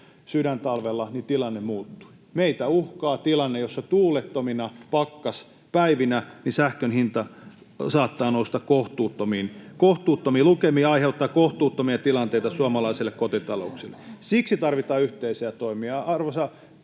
sydäntalvella, tilanne muuttui. Meitä uhkaa tilanne, jossa tuulettomina pakkaspäivinä sähkön hinta saattaa nousta kohtuuttomiin lukemiin ja aiheuttaa kohtuuttomia tilanteita suomalaisille kotitalouksille. Siksi tarvitaan yhteisiä toimia. Arvoisa